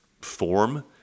form